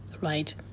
right